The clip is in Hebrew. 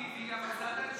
למה את יושבת שם,